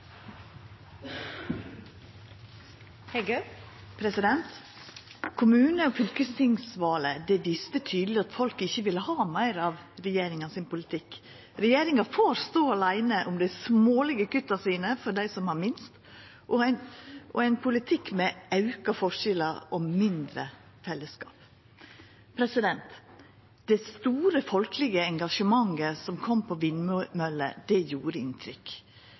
Kommune- og fylkestingsvalet viste tydeleg at folk ikkje ville ha meir av regjeringas politikk. Regjeringa får stå åleine om dei smålege kutta sine for dei som har minst, og ein politikk med auka forskjellar og mindre fellesskap. Det store folkelege engasjementet som kom mot vindmøller, gjorde inntrykk.